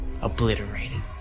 obliterated